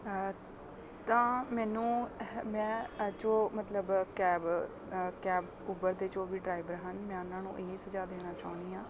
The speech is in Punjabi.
ਤਾਂ ਮੈਨੂੰ ਇਹ ਮੈਂ ਜੋ ਮਤਲਬ ਕੈਬ ਕੈਬ ਊਬਰ ਦੇ ਜੋ ਵੀ ਡਰਾਈਵਰ ਹਨ ਮੈਂ ਉਹਨਾਂ ਨੂੰ ਇਹ ਸੁਝਾਅ ਦੇਣਾ ਚਾਹੁੰਦੀ ਹਾਂ